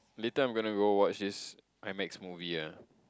later I'm gonna go watch this Imax movie ah